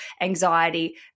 anxiety